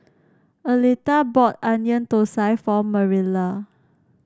Aletha bought Onion Thosai for Marilla